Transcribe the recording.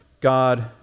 God